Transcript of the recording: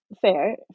fair